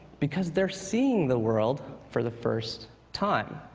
because they're seeing the world for the first time.